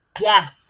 yes